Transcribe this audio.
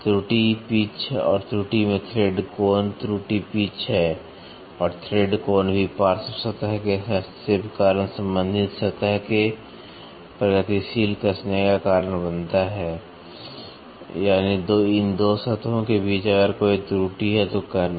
त्रुटि पिच है और त्रुटि में थ्रेड कोण त्रुटि पिच है और थ्रेड कोण भी पार्श्व सतह के हस्तक्षेप के कारण संबंधित सतह के प्रगतिशील कसने का कारण बनता है यानी इन 2 सतहों के बीच अगर कोई त्रुटि है तो कहना